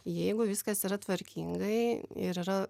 jeigu viskas yra tvarkingai ir yra